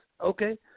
Okay